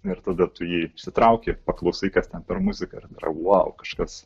ir tada tu jį išsitrauki paklausai kas ten per muziką ir yra vau kažkas